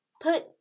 put